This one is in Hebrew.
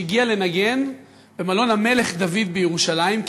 שהגיע לנגן במלון "המלך דוד" בירושלים,